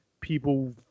people